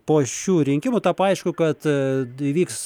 po šių rinkimų tapo aišku kad įvyks